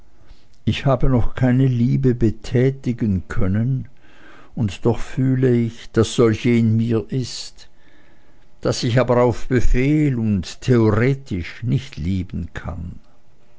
ich habe noch keine liebe betätigen können und doch fühle ich daß solche in mir ist daß ich aber auf befehl und theoretisch nicht lieben kann